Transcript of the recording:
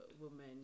woman